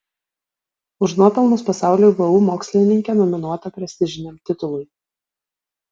už nuopelnus pasauliui vu mokslininkė nominuota prestižiniam titului